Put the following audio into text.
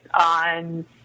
on